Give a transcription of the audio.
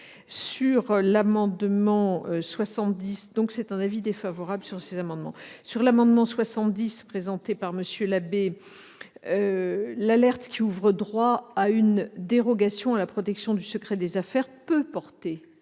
l'amendement n° 70 rectifié, présenté par M. Labbé, l'alerte qui ouvre droit à une dérogation à la protection du secret des affaires peut porter